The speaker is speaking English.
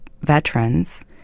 veterans